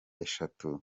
eshatu